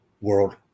world